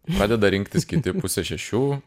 pradeda rinktis kiti pusę šešių